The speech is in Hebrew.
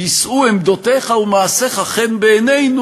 יישאו עמדותיך ומעשיך חן בעינינו,